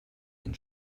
den